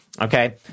Okay